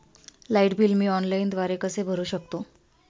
Light bill मी ऑनलाईनद्वारे कसे भरु शकतो?